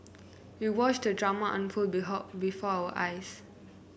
we watched the drama unfold before our eyes